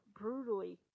brutally